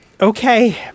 Okay